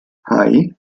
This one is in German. hei